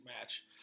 match